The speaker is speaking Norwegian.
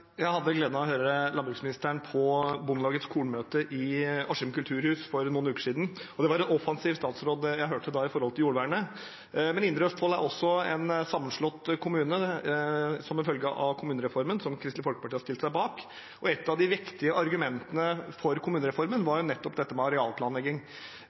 Jeg hadde gleden av å høre landbruksministeren på Bondelagets kornmøte i Askim kulturhus for noen uker siden, og det var en offensiv statsråd jeg da hørte med tanke på jordvernet. Indre Østfold er en sammenslått kommune som en følge av kommunereformen som Kristelig Folkeparti har stilt seg bak. Et av de vektige argumentene for kommunereformen